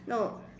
no